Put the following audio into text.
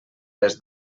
les